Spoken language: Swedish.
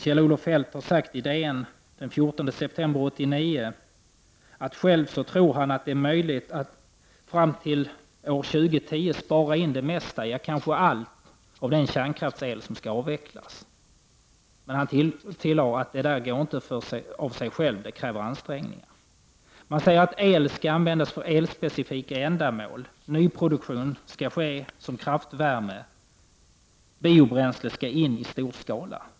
Kjell-Olof Feldt har sagt — i DN den 14 september 1989 — att han själv tror att det är möjligt att fram till år 2010 spara in det mesta, ja kanske all den kärnkraftsel som skall avvecklas. Men han tillade att det inte går av sig självt, att det kräver ansträngningar. Man säger att el skall användas för elspecifika ändamål, att nyproduktion av el skall ske som kraftvärme, att biobränslen skall in i stor skala.